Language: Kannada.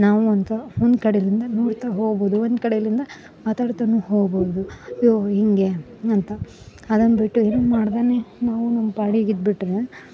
ನಾವಂತು ಒಂದು ಕಡಿಲಿಂದ ನೋಡ್ತಾ ಹೋಗುದು ಒಂದು ಕಡಿಲಿಂದ ಮಾತಾಡ್ತಾನು ಹೋಗ್ಬೋದು ಓ ಹೀಗೆ ಅಂತ ಅದನ್ನ ಬಿಟ್ಟು ಏನು ಮಾಡ್ದೆನೆ ನಾವು ನಮ್ಮ ಪಾಡಿಗ ಇದು ಬಿಟ್ಟರೆ